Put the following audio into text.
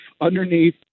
underneath